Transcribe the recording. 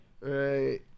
right